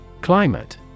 Climate